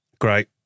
Great